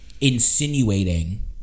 insinuating